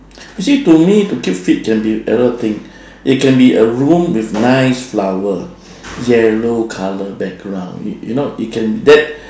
actually to me to keep fit can be a lot of thing it can be a room with nice flower yellow colour background you you know you can that